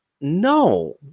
No